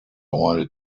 wanted